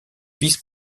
vice